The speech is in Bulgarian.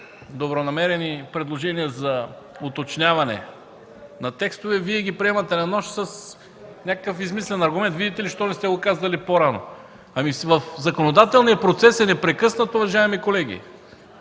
добронамерени предложения за уточняване на текстове, вие ги приемате на нож с някакъв измислен аргумент, виждате ли, защо не сте го казали по-рано. Законодателният процес е непрекъснат, уважаеми колеги.